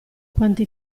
quante